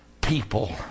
people